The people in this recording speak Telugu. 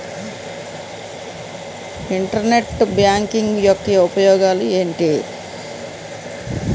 ఇంటర్నెట్ బ్యాంకింగ్ యెక్క ఉపయోగాలు ఎంటి?